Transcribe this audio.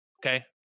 Okay